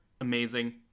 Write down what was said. amazing